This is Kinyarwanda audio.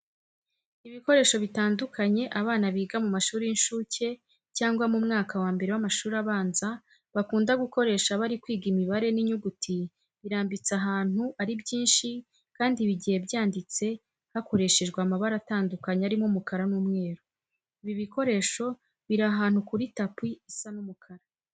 Ibikoresho bitandukanye abana biga mu mashuri y'inshuke cyangwa mu mwaka wa mbere w'amashuri abanza bakunda gukoresha bari kwiga imibare n'inyuguti, birambitse ahantu ari byinshi kandi bigiye byanditse hakoreshejwe amabara atandukanye arimo umukara n'umweru. Ibi bikoresho biri ahantu kuri tapi isa nk'umukara.